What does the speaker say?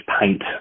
paint